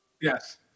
Yes